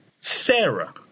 Sarah